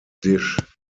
dish